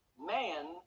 man